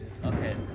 Okay